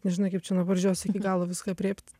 nežinai kaip čia nuo pradžios iki galo viską aprėpt